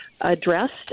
addressed